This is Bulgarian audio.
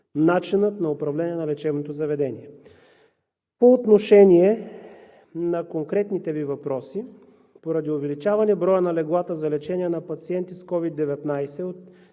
начинът на управление на лечебното заведение. По отношение на конкретните Ви въпроси. Поради увеличаване броя на леглата за лечение на пациенти с COVID-19